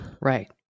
Right